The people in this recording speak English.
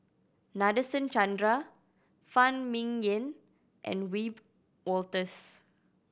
Nadasen Chandra Phan Ming Yen and Wiebe Wolters